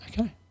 okay